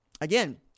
Again